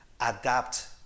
adapt